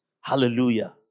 Hallelujah